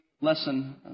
lesson